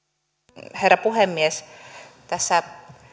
arvoisa herra puhemies tässä